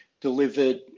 delivered